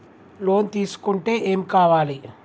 Loan తీసుకుంటే ఏం కావాలి?